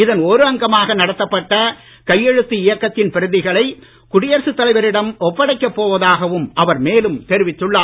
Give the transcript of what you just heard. இதன் ஒரு அங்கமாக நடத்தப்பட்ட கையெழுத்து இயக்கத்தின் பிரதிகளை குடியரசுத் தலைவரிடம் ஒப்படைக்கப் போவதாகவும் அவர் மேலும் தெரிவித்துள்ளார்